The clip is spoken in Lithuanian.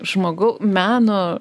žmogų meno